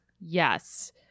Yes